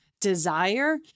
desire